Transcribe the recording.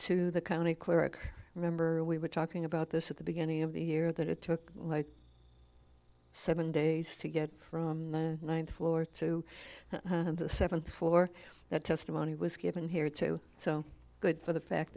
to the county clerk remember we were talking about this at the beginning of the year that it took like seven days to get from the ninth floor to the seventh floor that testimony was given here too so good for the fact